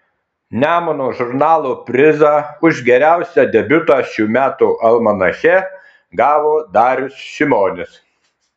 nemuno žurnalo prizą už geriausią debiutą šių metų almanache gavo darius šimonis